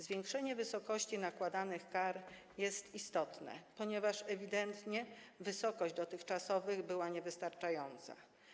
Zwiększenie wysokości nakładanych kar jest istotne, ponieważ ewidentnie wysokość dotychczasowych była niewystarczająca.